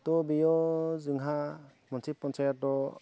त' बेयाव जोंहा मोनसे पन्सायताव